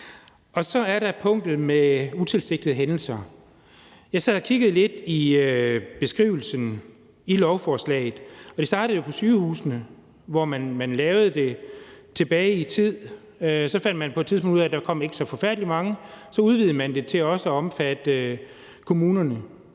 Så er der punktet med utilsigtede hændelser. Jeg sad og kiggede lidt i beskrivelsen i lovforslaget, og det startede jo på sygehusene, hvor man lavede det tilbage i tiden. Så fandt man på et tidspunkt ud af, at der ikke kom så forfærdelig mange; så udvidede man det til også at omfatte kommunerne